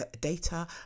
data